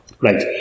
Right